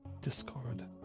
discord